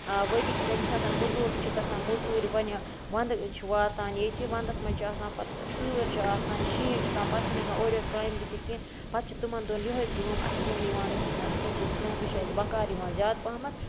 ؤری کِس ییٚمہِ ساتَن موزوٗر چھِ گژھان موٚزوٗرۍ وَنہِ وَنٛدٕ چھُ واتان ییٚتہِ وَنٛدَس مَنٛز چھِ آسان پَتہٕ تۭر چھِ آسان شیٖن چھُ پٮ۪وان پَتہٕ چھِنہٕ ہٮ۪کان اورٕ یورٕ کامہِ گٔژھِتھ کیٚنٛہہ پَتہٕ چھِ تِمَن دۄہَن یِہَے کٲم اَتھٕ کٲم یِوان أسۍ اَتھ سۭتۍ چھِ أسۍ کٲم یہِ چھِ اَسہِ بَکار یِوان زیادٕ پَہمَتھ